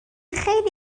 خیلی